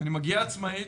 אני מגיע עצמאית,